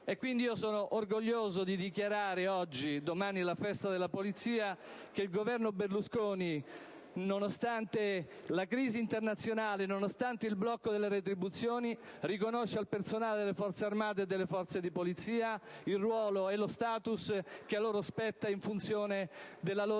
quindi orgoglioso di dichiarare oggi (domani è la Festa della Polizia) che il Governo Berlusconi, nonostante la crisi internazionale e il blocco delle retribuzioni, riconosce a tutti gli appartenenti al personale delle Forze armate e delle Forze di polizia il ruolo e lo *status* che a loro spetta, in funzione della loro attività